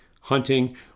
hunting